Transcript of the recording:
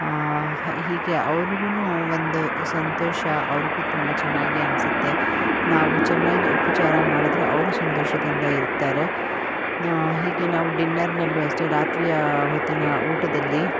ಹೀಗೆ ಅವ್ರಿಗೂ ಒಂದು ಸಂತೋಷ ಅವ್ರಿಗೂ ತುಂಬ ಚೆನ್ನಾಗಿ ಅನಿಸುತ್ತೆ ನಾವು ಚೆನ್ನಾಗಿ ಉಪಚಾರ ಮಾಡಿದ್ರೆ ಅವರು ಸಂತೋಷದಿಂದ ಇರ್ತಾರೆ ಹೀಗೆ ನಾವು ಡಿನ್ನರ್ನಲ್ಲು ಅಷ್ಟೆ ರಾತ್ರಿಯ ಹೊತ್ತಿನ ಊಟದಲ್ಲಿ